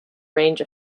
range